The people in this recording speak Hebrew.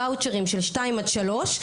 וואוצ'רים של שתיים עד שלוש,